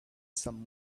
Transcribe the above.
some